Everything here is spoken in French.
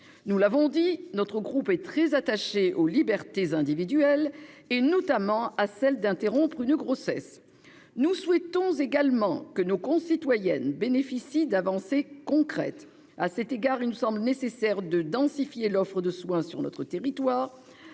Nous l'avons dit, notre groupe est très attaché aux libertés individuelles, notamment à la liberté d'interrompre une grossesse. Nous souhaitons également que nos concitoyennes bénéficient d'avancées concrètes. À cet égard, il nous semble nécessaire de densifier l'offre de soins sur notre territoire.